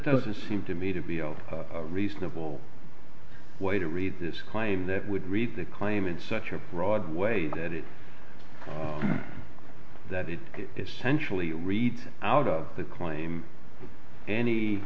doesn't seem to me to be a reasonable way to read this claim that would read the claim in such a broad way that it that it essentially reads out of the claim any